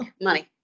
money